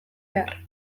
behar